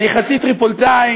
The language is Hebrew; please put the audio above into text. אני חצי טריפוליטאי,